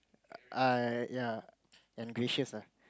I ya and gracious ah